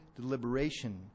deliberation